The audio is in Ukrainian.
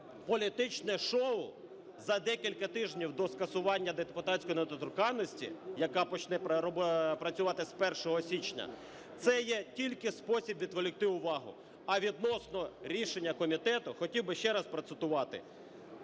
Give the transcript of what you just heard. політичне шоу за декілька тижнів до скасування депутатської недоторканності, яка почне працювати з 1 січня, це є тільки спосіб відволікти увагу. А відносно рішення комітету, хотів би ще раз процитувати: